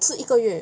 是一个月